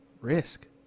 Risk